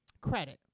credit